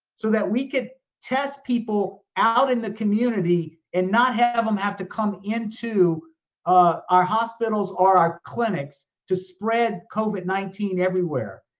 so that we could test people out in the community and not have them have to come into ah our hospitals or our clinics to spread covid nineteen everywhere.